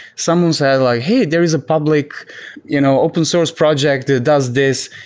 someone said like, hey, there is a public you know open source project that does this.